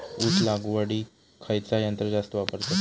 ऊस लावडीक खयचा यंत्र जास्त वापरतत?